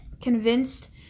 convinced